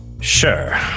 Sure